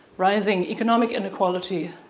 rising economic inequality,